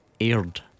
Aired